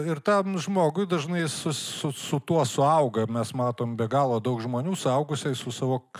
ir tam žmogui dažnai su su su tuo suauga mes matom be galo daug žmonių suaugusiais su savo